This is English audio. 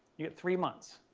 you get three months.